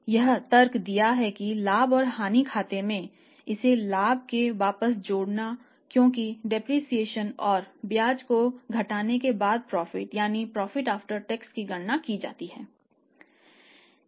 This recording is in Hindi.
यह प्रॉफिट आफ्टर टैक्स की गणना की जाती है